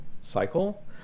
cycle